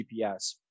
GPS